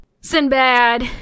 Sinbad